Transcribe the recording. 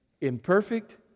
imperfect